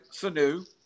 Sanu